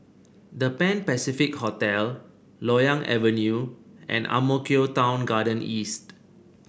The Pan Pacific Hotel Loyang Avenue and Ang Mo Kio Town Garden East